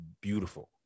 beautiful